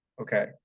Okay